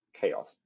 chaos